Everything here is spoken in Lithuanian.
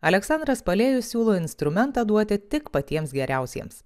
aleksandras palėjus siūlo instrumentą duoti tik patiems geriausiems